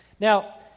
Now